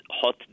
hot